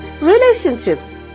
relationships